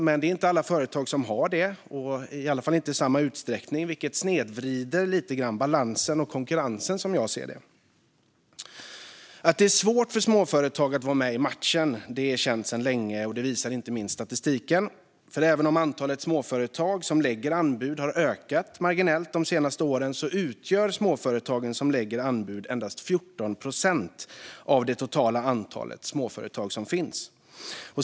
Men det är inte alla företag som har det, i alla fall inte i samma utsträckning, vilket som jag ser det snedvrider balansen och konkurrensen lite grann. Att det är svårt för småföretag att vara med i matchen är känt sedan länge, och det visar inte minst statistiken. Även om antalet småföretag som lägger anbud har ökat marginellt de senaste åren utgör det endast 14 procent av det totala antalet småföretag.